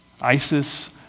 ISIS